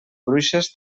bruixes